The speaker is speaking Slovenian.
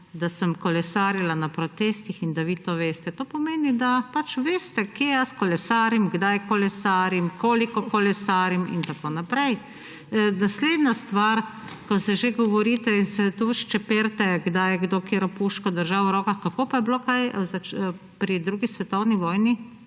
da sem kolesarila na protestih in da vi to veste. To pomeni, da pač veste, kje jaz kolesarim, kdaj kolesarim, koliko kolesarim in tako naprej. Naslednja stvar, ko se že govorite in se tu ščeperite, kdaj je kdo katero puško držal v rokah, kako pa je bilo kaj pri 2. svetovni vojni?